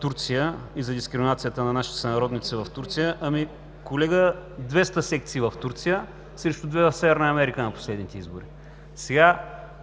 Турция и за дискриминацията на нашите сънародници в Турция, ами, колега, 200 секции в Турция срещу две в Северна Америка на последните избори.